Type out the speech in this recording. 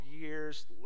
years